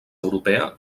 europea